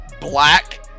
black